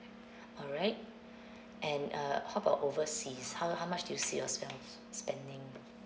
alright and uh how about overseas how how much do you see yourself spending